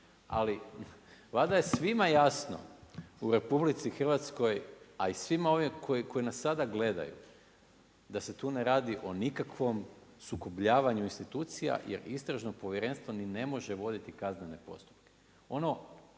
Ali valjda je svima jasno u RH, a i svima onima koji nas sada gledaju da se tu ne radi o nikakvom sukobljavanju institucija, jer istražno povjerenstvo ni ne može voditi kaznene postupke.